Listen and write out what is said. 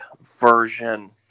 version